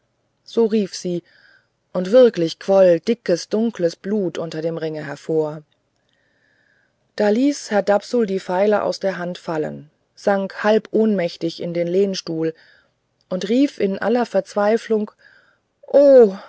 so rief sie und wirklich quoll dunkles dickes blut unter dem ringe hervor da ließ herr dapsul die feile aus der hand fallen sank halb ohnmächtig in den lehnstuhl und rief in aller verzweiflung